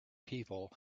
people